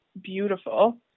beautiful